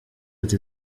ati